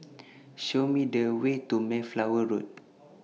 Show Me The Way to Mayflower Road